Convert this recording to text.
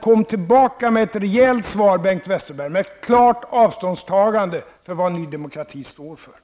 Kom tillbaka med ett rejält svar, Bengt Westerberg, med ett klart avståndstagande för vad Ny demokrati står för.